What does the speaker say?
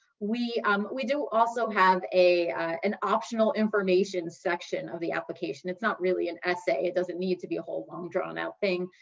we um we do also have an optional information section of the application. it's not really an essay. it doesn't need to be a whole long drawn out thing.